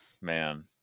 man